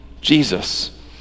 Jesus